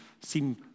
seem